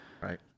Right